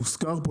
הוזכר פה,